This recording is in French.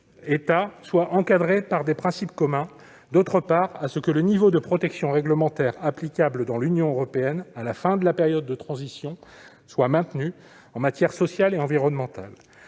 soit encadré par des principes communs, d'autre part, à ce que le niveau de protection réglementaire applicable dans l'Union européenne à la fin de la période de transition soit maintenu, en matière sociale et environnementale.